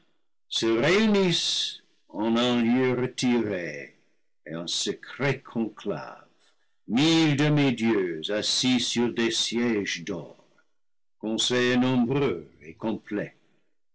en un lieu retiré et en secret conclave mille demi-dieux assis sur des sièges d'or conseil nombreux et complet